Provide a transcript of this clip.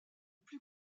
plus